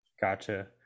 gotcha